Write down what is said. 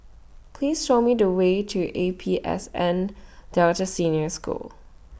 Please Show Me The Way to A P S N Delta Senior School